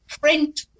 print